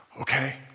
Okay